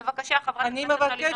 בבקשה, חברת הכנסת מלינובסקי.